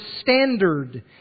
standard